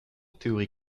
théorie